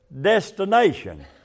destination